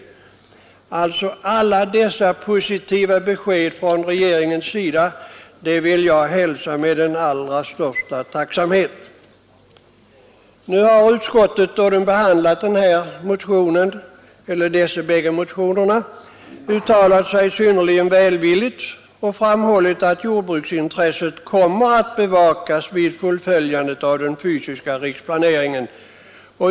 Alla dessa positiva besked från regeringens sida hälsar jag med den allra största tacksamhet. Utskottet har vid behandlingen av dessa båda motioner uttalat sig synnerligen välvilligt och framhållit att jordbruksintresset kommer att bevakas vid fullföljandet av den fysiska riksplaneringen.